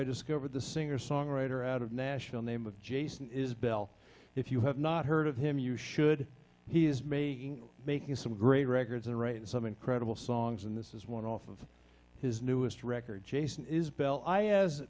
i discovered the singer songwriter out of nashville name with jason is bell if you have not heard of him you should he is making making some great records and write some incredible songs and this is one off of his newest record jason is bel i as